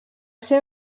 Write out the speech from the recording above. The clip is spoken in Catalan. ser